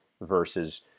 versus